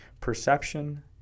Perception